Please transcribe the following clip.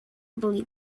believe